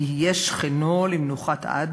יהיה שכנו למנוחת עד